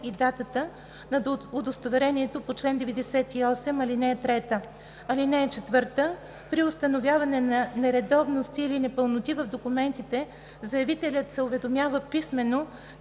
и датата на удостоверението по чл. 98, ал. 3. (4) При установяване на нередовности или непълноти в документите заявителят се уведомява писмено,